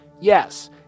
Yes